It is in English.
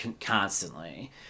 constantly